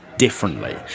differently